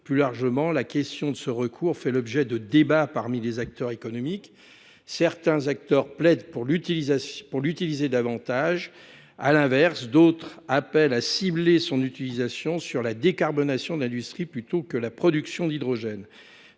Plus largement, la question de ce recours fait l’objet de débats parmi les acteurs économiques. Certains acteurs plaident pour l’utiliser davantage ; à l’inverse, d’autres appellent à cibler son utilisation sur la décarbonation de l’industrie plutôt que la production d’hydrogène.